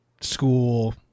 school